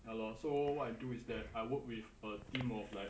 ya lor so what I do is that I work with a team of like